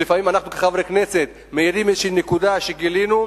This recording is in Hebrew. שלפעמים אנחנו כחברי כנסת מאירים איזושהי נקודה שגילינו,